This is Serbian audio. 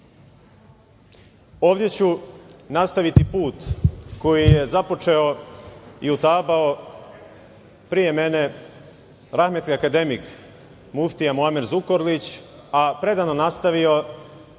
doma. Ovde ću nastaviti put koji je započeo i utabao pre mene rahmetli akademik Muftija Zukorlić, a predano nastavio